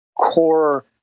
core